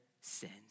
sins